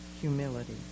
humility